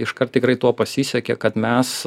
iškart tikrai tuo pasisekė kad mes